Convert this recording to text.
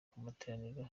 materaniro